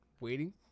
waiting